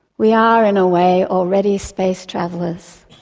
we are, in a way, already space travellers.